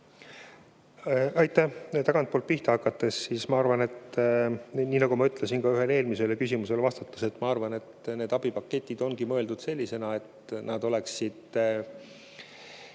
Aitäh! Tagantpoolt pihta hakates, ma arvan, nagu ma ütlesin ka ühele eelmisele küsimusele vastates, et need abipaketid ongi mõeldud sellisena, et nad oleksid